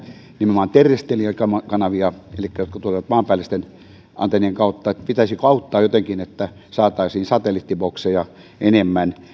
nimenomaan terrestrial kanavia elikkä kanavia jotka tulevat maanpäällisten antennien kautta niin pitäisikö auttaa jotenkin että saataisiin satelliittibokseja enemmän